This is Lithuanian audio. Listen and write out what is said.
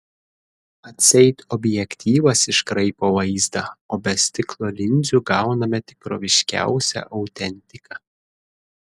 atseit objektyvas iškraipo vaizdą o be stiklo linzių gauname tikroviškiausią autentiką